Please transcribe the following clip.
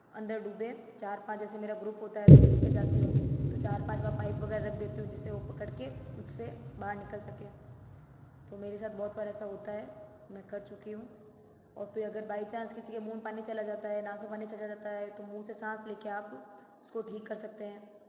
अंदर डूबें चार पांच ऐसे मेरा ग्रूप होता है तो मैं लेके जाती हूँ तो चार पांच वहाँ पाइप वगैरह रख देती हूँ जिसे वो पकड़ के उससे बाहर निकल सके तो मेरे साथ बहुत बार ऐसा होता है मैं कर चुकी हूँ और फिर अगर बाइ चांस किसी के मुँह में पानी चला जाता है नाक में पानी चला जाता है तो मुँह से सांस लेके आप उसको ठीक कर सकते हैं